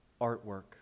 artwork